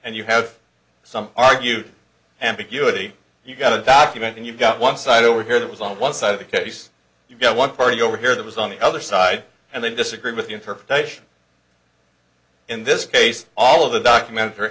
and you have some argued ambiguity you've got a document and you've got one side over here that was on one side of the case you've got one party over here that was on the other side and they disagree with the interpretation in this case all of the documentary